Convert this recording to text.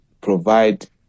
provide